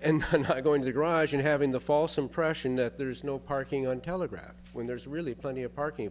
and going to garage and having the false impression that there is no parking on telegraph when there's really funny a parking